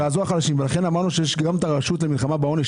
לכן אמרנו שיש גם את הרשות למלחמה בעוני,